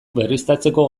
berriztatzeko